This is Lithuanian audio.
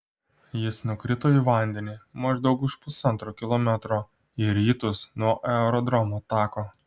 jis nukrito į vandenį maždaug už pusantro kilometro į rytus nuo aerodromo tako